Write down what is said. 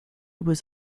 was